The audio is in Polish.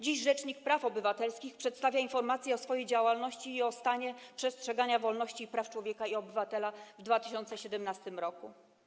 Dziś rzecznik praw obywatelskich przedstawia informację o swojej działalności i o stanie przestrzegania wolności i praw człowieka i obywatela w 2017 r.